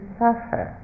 suffer